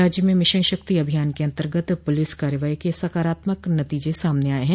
राज्य में मिशन शक्ति अभियान के अन्तर्गत पुलिस कार्रवाई के सकारात्मक नतीजे सामने आये हैं